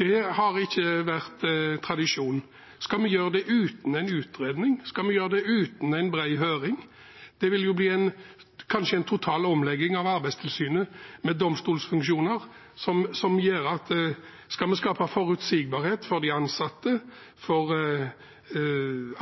Det har ikke vært tradisjon. Skal vi gjøre det uten en utredning? Skal vi gjøre det uten en bred høring? Det vil kanskje bli en total omlegging av Arbeidstilsynet, med domstolsfunksjoner, noe som gjør at om vi skal skape forutsigbarhet for de ansatte, for